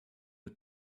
the